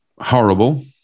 horrible